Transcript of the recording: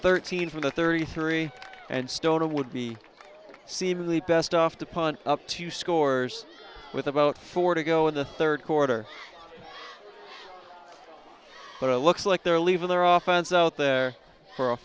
thirteen from the thirty three and stoner would be seemingly best off to punt up two scores with about four to go in the third quarter but it looks like they're leaving their office out